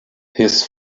his